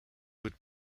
would